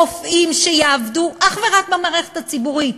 רופאים שיעבדו אך ורק במערכת הציבורית,